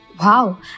Wow